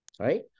right